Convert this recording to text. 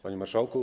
Panie Marszałku!